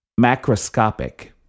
Macroscopic